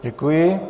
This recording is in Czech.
Děkuji.